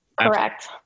Correct